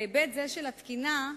בהיבט זה של התקינה,